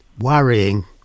worrying